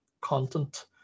content